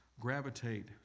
gravitate